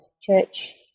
church